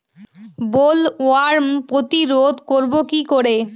Bollworm প্রতিরোধ করব কি করে?